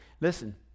Listen